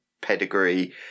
pedigree